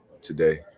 today